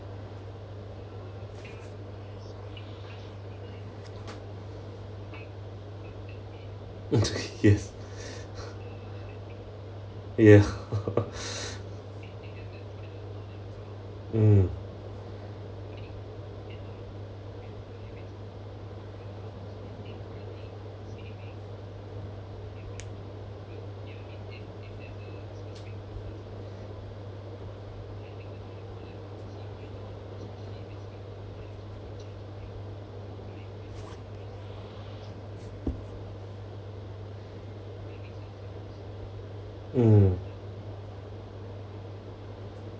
yes ya mm mm